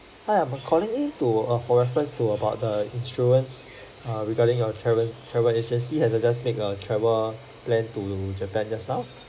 hi I'm calling in to err for reference to about the insurance err regarding your travel travel agency has err just make a travel plan to japan just now